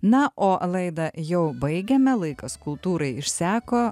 na o laidą jau baigiame laikas kultūrai išseko